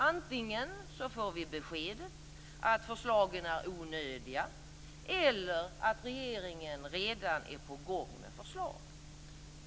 Vi får då besked antingen att förslagen är onödiga eller att regeringen redan är på gång med förslag.